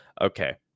Okay